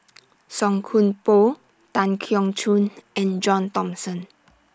Song Koon Poh Tan Keong Choon and John Thomson